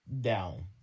down